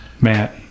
Matt